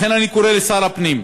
לכן אני קורא לשר הפנים: